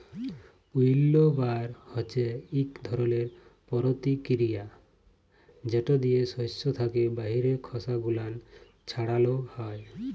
উইল্লবার হছে ইক ধরলের পরতিকিরিয়া যেট দিয়ে সস্য থ্যাকে বাহিরের খসা গুলান ছাড়ালো হয়